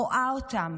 רואה אותם,